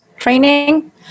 training